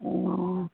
ओ